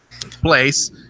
place